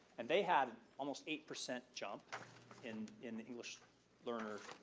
and they had almost eight percent jump in in the english learner